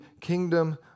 kingdom